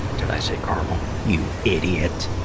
did i say carmel? you idiot!